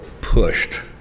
pushed